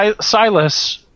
Silas